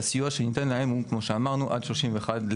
והסיוע שניתן להם הוא, כמו שאמרנו, עד 31 בדצמבר.